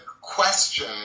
question